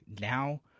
now